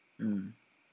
mm